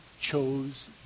chose